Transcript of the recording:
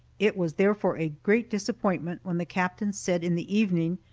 it was therefore a great disappointment when the captain said, in the evening,